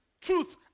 truth